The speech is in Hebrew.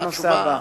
מה הנושא הבא?